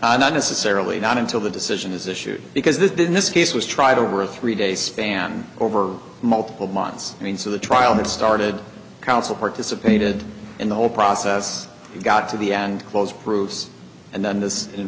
case not necessarily not until the decision is issued because that in this case was tried over a three day span over multiple months i mean so the trial that started counsel participated in the whole process got to the end close proofs and then this in